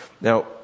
Now